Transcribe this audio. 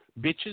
bitches